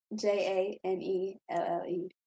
J-A-N-E-L-L-E